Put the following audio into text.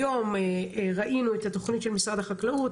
היום ראינו את התוכנית של משרד החקלאות,